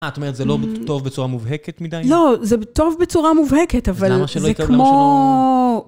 זאת אומרת, זה לא טוב בצורה מובהקת מדי? לא, זה טוב בצורה מובהקת, אבל זה כמו...